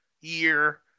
year